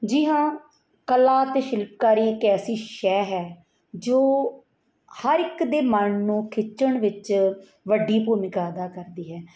ਜੀ ਹਾਂ ਕਲਾ ਅਤੇ ਸ਼ਿਲਪਕਾਰੀ ਇੱਕ ਐਸੀ ਸ਼ੈਅ ਹੈ ਜੋ ਹਰ ਇੱਕ ਦੇ ਮਨ ਨੂੰ ਖਿੱਚਣ ਵਿੱਚ ਵੱਡੀ ਭੂਮਿਕਾ ਅਦਾ ਕਰਦੀ ਹੈ